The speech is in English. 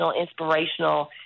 inspirational